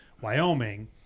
Wyoming